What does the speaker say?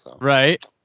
Right